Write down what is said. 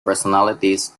personalities